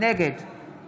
נגד